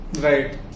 Right